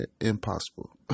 impossible